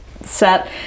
set